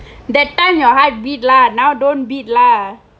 that time your heart beat lah now don't beat lah